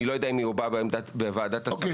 אני לא יודע אם היא הובעה בוועדת השרים.